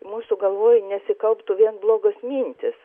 mūsų galvoj nesikauptų vien blogos mintys